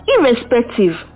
Irrespective